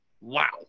Wow